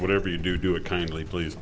whatever you do do it kindly please